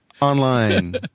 Online